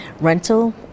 rental